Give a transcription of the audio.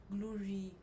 glory